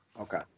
Okay